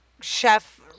chef